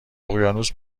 اقیانوس